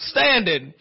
Standing